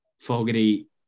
Fogarty